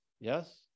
yes